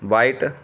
white